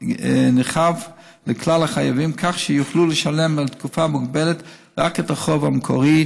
נרחב לכלל החייבים כך שיוכלו לשלם לתקופה מוגבלת רק את החוב המקורי,